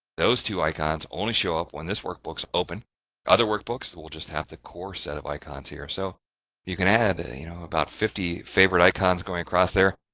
those two icons only show up when this workbook's open other workbooks will just have the core set of icons here. so you can add, you know, about fifty favorite icons going across there.